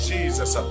Jesus